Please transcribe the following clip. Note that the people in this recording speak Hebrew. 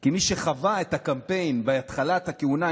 כי מי שחווה את הקמפיין בהתחלת הכהונה,